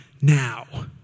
now